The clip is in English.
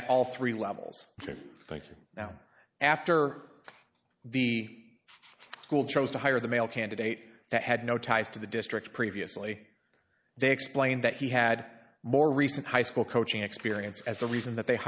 at all three levels of thinking now after the school chose to hire the male candidate that had no ties to the district previously they explained that he had more recent high school coaching experience as the reason that they